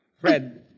Fred